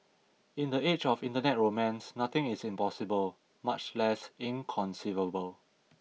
in the age of Internet romance nothing is impossible much less inconceivable